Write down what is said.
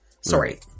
Sorry